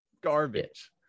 garbage